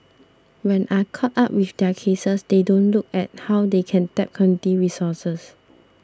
when are caught up with their cases they don't look at how they can tap resources